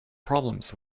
problems